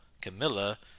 Camilla